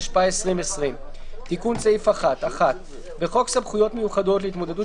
התשפ"א 2020 תיקון סעיף 1 1. בחוק סמכויות מיוחדות להתמודדות